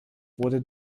wurde